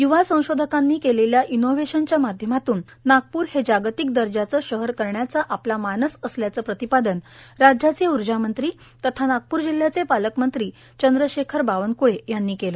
यवा संशोधकांनी केलेल्या इनोव्हेशन च्या माध्यमातून नागपूर जागतिक दर्जाचे शहर करण्याचा आपला मानस असल्याचे प्रतिपादन राज्याचे ऊर्जामंत्री तथा नागपूर जिल्ह्याचे पालकमंत्री चंद्रशेखर बावनक्ळे यांनी केले